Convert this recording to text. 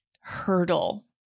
hurdle